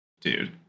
dude